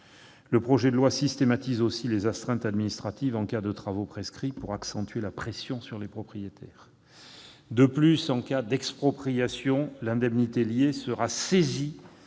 Le projet de loi systématise aussi les astreintes administratives en cas de travaux prescrits, pour accentuer la pression sur les propriétaires. De plus, en cas d'expropriation, l'indemnité liée sera saisie